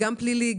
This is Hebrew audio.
גם פלילי,